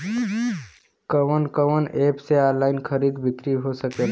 कवन कवन एप से ऑनलाइन खरीद बिक्री हो सकेला?